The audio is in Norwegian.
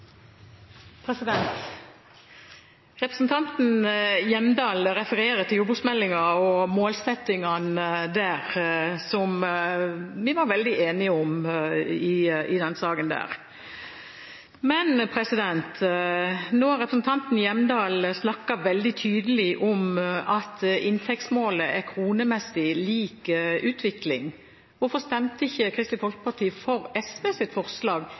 målsettingene der, som vi var veldig enige om. Men nå har representanten Hjemdal snakket veldig tydelig om at inntektsmålet er kronemessig lik utvikling. Hvorfor stemte ikke Kristelig Folkeparti for SVs forslag